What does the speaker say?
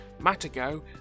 Matago